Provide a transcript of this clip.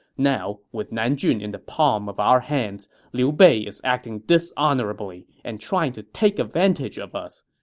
now, with nanjun in the palm of our hands, liu bei is acting dishonorably and trying to take advantage of us.